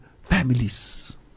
families